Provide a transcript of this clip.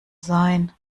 sein